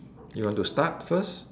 you want to start first